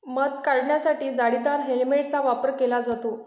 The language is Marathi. मध काढण्यासाठी जाळीदार हेल्मेटचा वापर केला जातो